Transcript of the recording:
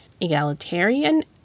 egalitarian